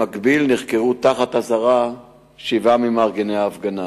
במקביל, נחקרו תחת אזהרה שבעה ממארגני ההפגנה.